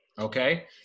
Okay